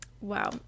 wow